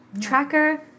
Tracker